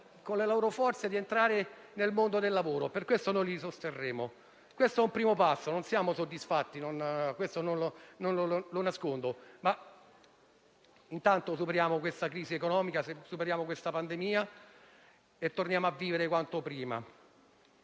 con le loro forze di entrare nel mondo del lavoro. Per questo scopo noi li sosterremo. Questo è un primo passo. Non siamo soddisfatti, e non lo nascondo, ma intanto superiamo la crisi economica e la pandemia e torniamo a vivere quanto prima.